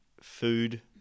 food